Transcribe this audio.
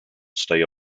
stay